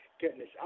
goodness